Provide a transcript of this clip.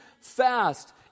fast